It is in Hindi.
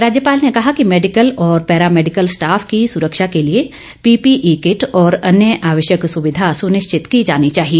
राज्यपाल ने कहा कि मेडिकल और पैरा मेडिकल स्टाफ की सुरक्षा के लिए पीपीई किट और अन्य आवश्यक सुविधा सुनिश्चित की जानी चाहिए